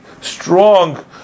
strong